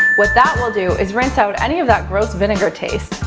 what that will do is rinse out any of that gross vinegar taste.